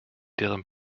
deren